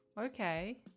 okay